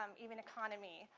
um even economy.